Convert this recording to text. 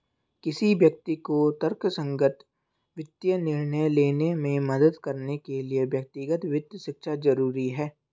किसी व्यक्ति को तर्कसंगत वित्तीय निर्णय लेने में मदद करने के लिए व्यक्तिगत वित्त शिक्षा जरुरी है